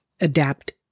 adapt